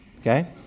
okay